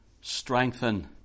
strengthen